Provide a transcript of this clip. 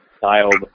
child